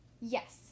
Yes